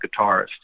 guitarist